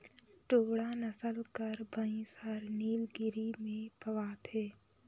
टोडा नसल कर भंइस हर नीलगिरी में पवाथे